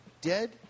dead